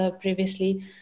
previously